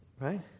Right